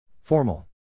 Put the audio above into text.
Formal